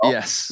Yes